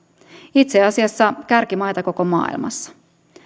itse asiassa kärkimaita koko maailmassa